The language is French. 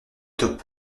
top